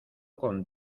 con